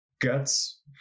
guts